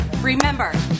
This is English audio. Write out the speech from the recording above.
Remember